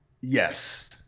yes